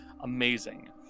amazing